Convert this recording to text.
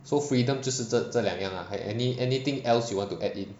so freedom 就是这这两样啦还 any~ anything else you want to add in